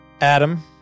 Adam